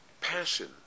passion